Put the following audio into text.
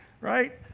right